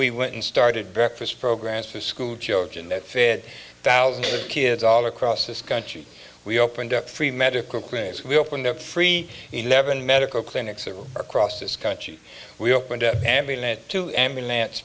we went and started breakfast programs for school children that fit thousands of kids all across this country we opened up free medical clinics we opened up free eleven medical clinics and across this country we opened up in it to ambulance